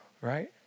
Right